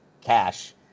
cash